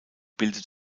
bildet